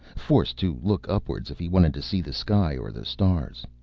forced to look upwards if he wanted to see the sky or the stars,